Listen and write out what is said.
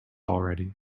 already